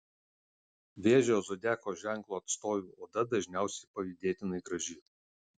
vėžio zodiako ženklo atstovių oda dažniausiai pavydėtinai graži